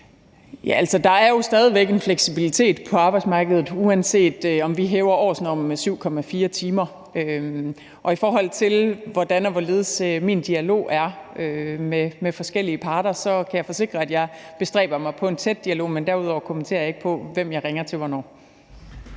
der er jo stadig væk en fleksibilitet på arbejdsmarkedet, uanset at vi hæver årsnormen med 7,4 timer. Og i forhold til hvordan og hvorledes min dialog er med forskellige parter, kan jeg forsikre om, at jeg bestræber mig på en tæt dialog, men derudover kommenterer jeg ikke på, hvem jeg ringer til hvornår.